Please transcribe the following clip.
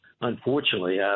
unfortunately